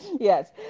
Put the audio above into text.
yes